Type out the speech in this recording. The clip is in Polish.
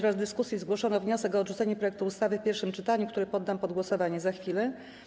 W dyskusji zgłoszono wniosek o odrzucenie projektu ustawy w pierwszym czytaniu, który poddam pod głosowanie za chwilę.